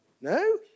No